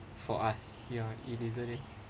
for us ya it isn't as